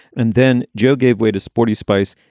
and then joe gave way to sporty spice,